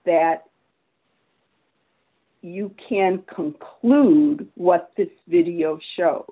that you can conclude what this video show